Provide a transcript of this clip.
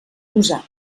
usat